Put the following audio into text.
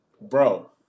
bro